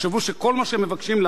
תחשבו שכל מה שהם מבקשים,